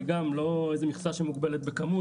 היא לא מכסה שמוגבלת בכמות,